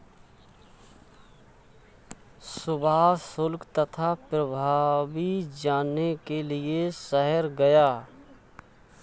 सुभाष शुल्क तथा प्रभावी जानने के लिए शहर गया